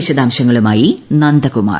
വിശദാംശങ്ങളുമായി നന്ദകുമാർ